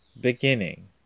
beginning